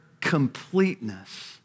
completeness